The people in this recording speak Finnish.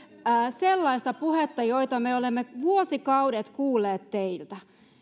sellaista puhetta jota me olemme vuosikaudet kuulleet teiltä